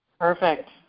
Perfect